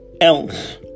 else